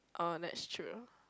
orh that's true